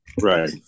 Right